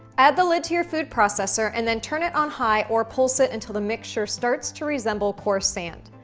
add the lid to your food processor and then turn it on high or pulse it until the mixture starts to resemble porous sand.